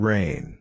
Rain